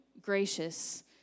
gracious